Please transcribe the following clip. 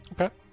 okay